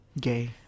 gay